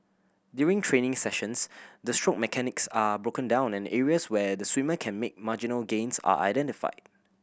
during training sessions the stroke mechanics are broken down and areas where the swimmer can make marginal gains are identified